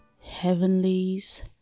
Heavenly's